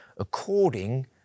according